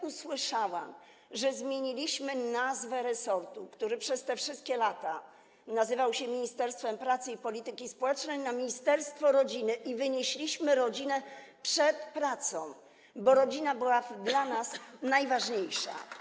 Usłyszałam, że zmieniliśmy nazwę resortu, który przez te wszystkie lata nazywał się Ministerstwem Pracy i Polityki Społecznej, na ministerstwo rodziny i wynieśliśmy rodzinę przed pracę, bo rodzina była dla nas najważniejsza.